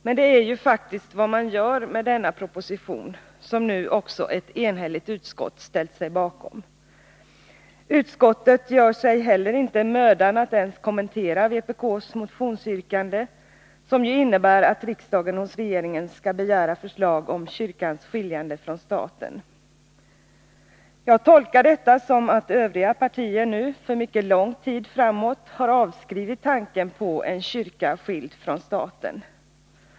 Men det är ju faktiskt vad man gör med denna proposition, som nu också ett enhälligt utskott ställt sig bakom. Utskottet gör sig inte mödan att ens kommentera vpk:s motionsyrkande, som ju innebär att riksdagen hos regeringen skall begära förslag om kyrkans skiljande från staten. Jag tolkar detta som att övriga partier nu för mycket lång tid framåt har avskrivit tanken på en kyrka skild från staten.